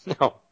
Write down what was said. No